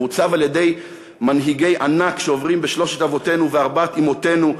הוא עוצב על-ידי מנהיגי ענק שעוברים בין שלושת אבותינו וארבע אמותינו,